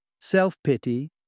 Self-pity